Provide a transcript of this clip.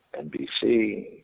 NBC